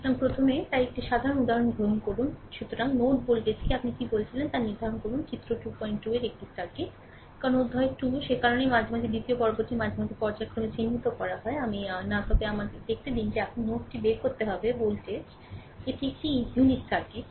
সুতরাং প্রথমে তাই একটি সাধারণ উদাহরণ গ্রহণ করুন ডান সুতরাং নোড ভোল্টেজকে আপনি কী বলেছিলেন তা নির্ধারণ করুন চিত্র 22 এর একটি সার্কিট কারণ অধ্যায় 2 সে কারণেই মাঝে মধ্যে দ্বিতীয় পর্বটি মাঝে মাঝে পর্যায়ক্রমে চিহ্নিত করা হয় আমি আহ না তবে আমাদের দেখতে দিন যে আপনাকে নোডটি বের করতে হবে ভোল্টেজ এটি একটি ইউনিট সার্কিট